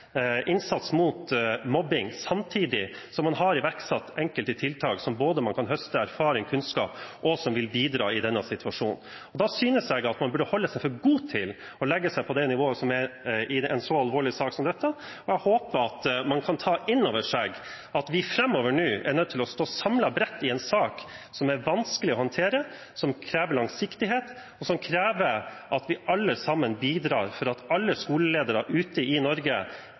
innsats mot mobbing, samtidig som man har iverksatt enkelte tiltak som man kan høste både erfaring og kunnskap fra, og som vil bidra i denne situasjonen. Da synes jeg at man burde holde seg for god til å legge seg på det nivået i en så alvorlig sak som dette. Jeg håper at man kan ta inn over seg at vi framover nå er nødt til å stå bredt samlet, i en sak som er vanskelig å håndtere, som krever langsiktighet, og som krever at vi alle sammen bidrar, slik at alle skoleledere ute i Norge